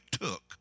took